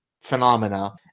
phenomena